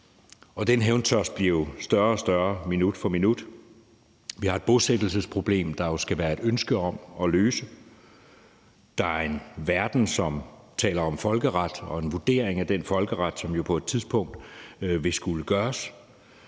og den hævntørst bliver jo større og større minut for minut. Vi har et bosættelsesproblem, som der jo skal være et ønske om at løse. Der er en verden, som taler om folkeret, og en vurdering af den folkeret, som jo på et tidspunkt vil skulle foretages.